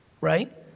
right